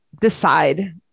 decide